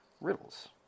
riddles